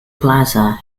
plaza